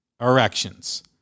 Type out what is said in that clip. erections